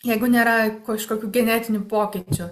jeigu nėra kažkokių genetinių pokyčių